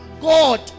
god